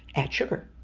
add sugar.